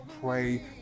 pray